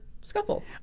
scuffle